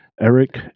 Eric